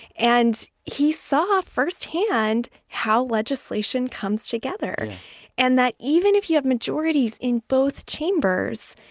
and he saw firsthand how legislation comes together and that even if you have majorities in both chambers,